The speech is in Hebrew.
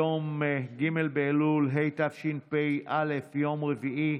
היום ג' באלול התשפ"א, יום רביעי,